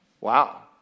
Wow